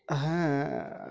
ᱦᱮᱸᱻ